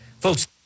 folks